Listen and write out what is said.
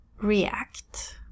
react